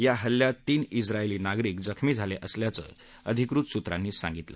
या हल्ल्यात तीन ि्राएली नागरिक जखमी झाले असल्याचं अधिकृत सूत्रांनी सांगितलं